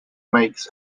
makes